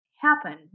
happen